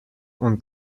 und